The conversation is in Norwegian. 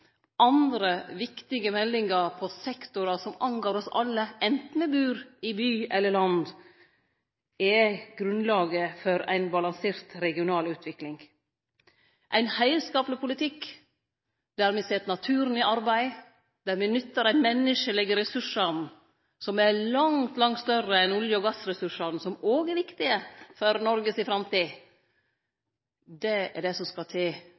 andre viktige meldingar på sektorar som gjeld oss alle, enten me bur i by eller land, er grunnlaget for ei balansert regional utvikling. Ein heilskapleg politikk, der me set naturen i arbeid og nyttar dei menneskelege ressursane – som er langt, langt større enn olje- og gassressursane, som òg er viktige for Noreg si framtid – er det som skal til